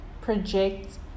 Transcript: project